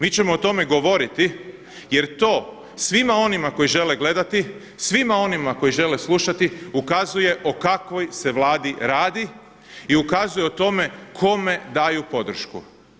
Mi ćemo o tome govoriti, jer to svima onima koji žele gledati, svima onima koji žele slušati ukazuje o kakvoj se Vladi radi i ukazuje o tome kome daju podršku.